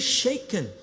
shaken